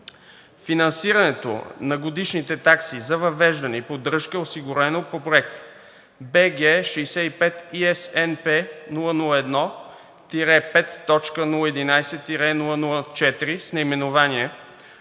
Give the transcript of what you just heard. Финансирането на годишните такси за въвеждане и поддръжка е осигурено по Проект BG65ISNP001-5.011-0004 с наименование